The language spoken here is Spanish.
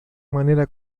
manera